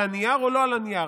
על הנייר או לא על הנייר,